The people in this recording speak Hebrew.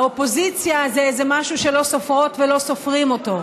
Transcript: האופוזיציה זה משהו שלא סופרות ולא סופרים אותו.